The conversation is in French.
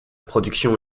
production